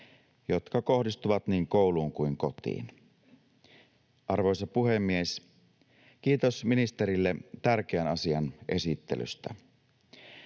jotka kohdistuvat niin kouluun kuin kotiin. Arvoisa puhemies! Kiitos ministerille tärkeän asian esittelystä.